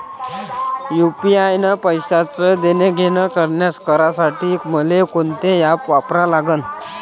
UPI न पैशाचं देणंघेणं करासाठी मले कोनते ॲप वापरा लागन?